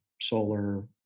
solar